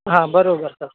हां बरोबर सर